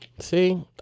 See